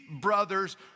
brothers